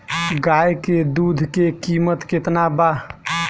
गाय के दूध के कीमत केतना बा?